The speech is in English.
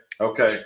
okay